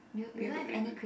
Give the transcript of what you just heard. we could wait wait